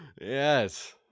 Yes